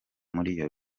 muriyo